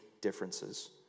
differences